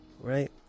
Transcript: right